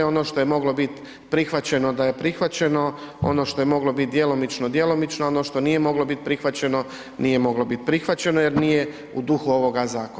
Ono što je moglo biti prihvaćeno da je prihvaćeno, ono što je moglo biti djelomično, djelomično, ono što nije moglo biti prihvaćeno nije moglo biti prihvaćeno jer nije u duhu ovoga zakona.